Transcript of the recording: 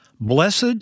Blessed